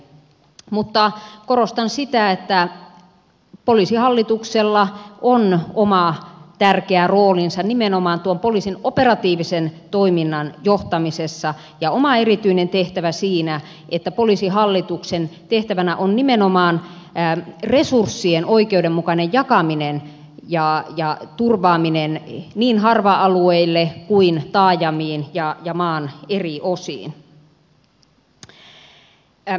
mutta korostan sitä että poliisihallituksella on oma tärkeä roolinsa nimenomaan tuon poliisin operatiivisen toiminnan johtamisessa ja oma erityinen tehtävänsä siinä että poliisihallituksen tehtävänä on nimenomaan resurssien oikeudenmukainen jakaminen ja turvaaminen niin harva alueille kuin myös taajamiin ja maan eri osiin